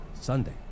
Sunday